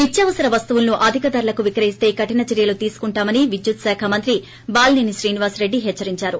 నిత్యావసర వస్తువులను అధిక ధరలకు విక్రయిస్త కఠిన చర్యలు తీసుకుంటామని విద్యుత్ శాఖ మంత్రి బాలిసేని శ్రీనివాసరెడ్డి హెచ్చరిందారు